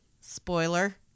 Spoiler